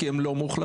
כי הן לא מאוכלסות.